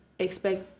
expect